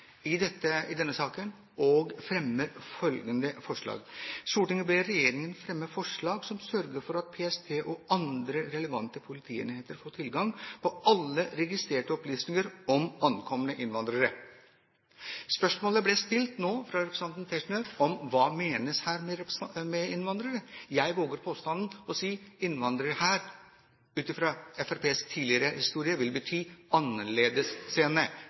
i denne saken og fremmer følgende forslag: «Stortinget ber regjeringen fremme forslag som sørger for at PST og andre relevante politienheter får tilgang på alle registrerte opplysninger om ankomne innvandrere.» Spørsmålet ble stilt nå av representanten Tetzschner om hva som her menes med «innvandrere». Jeg våger denne påstanden: Innvandrere, ut fra Fremskrittspartiets tidligere historie, vil bety